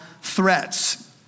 threats